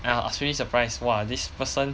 I was really surprised !wah! this person